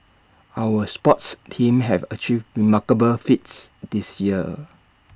our sports teams have achieved remarkable feats this year